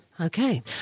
Okay